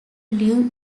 live